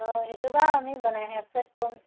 অঁ সেইটো বাৰু আমি বনাই হোৱাৰ পিছত ক'ম